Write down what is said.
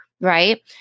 right